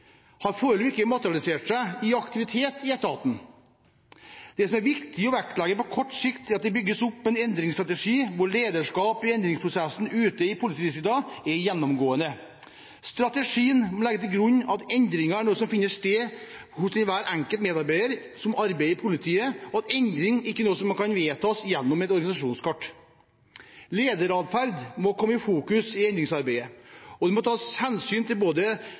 har foreløpig ikke materialisert seg i aktivitet i etaten. Det som er viktig å vektlegge på kort sikt, er at det bygges opp en endringsstrategi hvor lederskap i endringsprosessen ute i politidistriktene er gjennomgående. Strategien må legge til grunn at endring er noe som finner sted hos hver enkelt medarbeider som arbeider i politiet, og at endring ikke er noe som kan vedtas gjennom et organisasjonskart. Lederadferd må komme i fokus i endringsarbeidet, og det må tas hensyn til